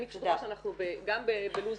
אני חושבת שאנחנו גם בלו"ז